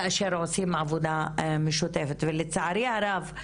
כאשר עושים עבודה משותפת ולצערי הרב,